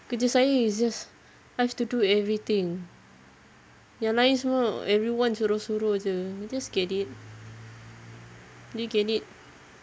kerja saya is just I have to do everything yang lain semua everyone suruh-suruh jer can you just get it do you get it